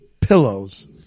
Pillows